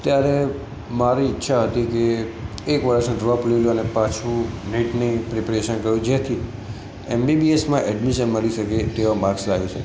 ત્યારે મારી ઈચ્છા હતી કે એક વર્ષનો ડ્રોપ લઈ લઉં અને પાછું નીટની પ્રિપેરેશન કરું જેથી એમ બી બી એસમાં એડમિશન મળી શકે તેવા માર્ક્સ લાવી શકું